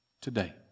today